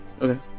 Okay